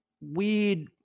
weird